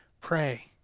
pray